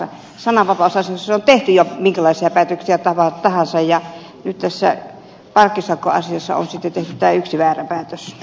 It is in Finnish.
sananvapausasioissa on tehty jo minkälaisia päätöksiä tahansa ja nyt tässä parkkisakkoasiassa on tehty tämä yksi väärä päätös